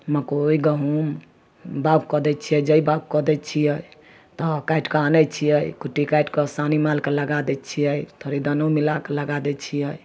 मकइ गहूम बाउग कऽ दै छिए जइ बाउग कऽ दै छिए तऽ काटिके आनै छिए कुट्टी कटिके सानी मालके लगा दै छिए थोड़े दानो मिलाके लगा दै छिए